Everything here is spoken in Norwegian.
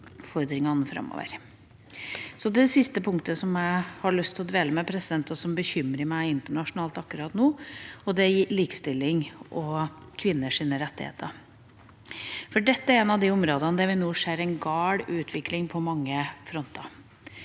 Det siste punktet jeg har lyst til å dvele ved, og som bekymrer meg internasjonalt akkurat nå, er likestilling og kvinners rettigheter. Dette er et av de områdene hvor vi nå ser gal utvikling på mange fronter.